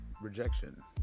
rejection